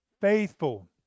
faithful